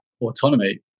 autonomy